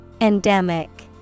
Endemic